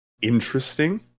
interesting